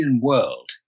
world